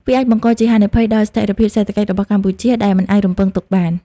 វាអាចបង្កជាហានិភ័យដល់ស្ថិរភាពសេដ្ឋកិច្ចរបស់កម្ពុជាដែលមិនអាចរំពឹងទុកបាន។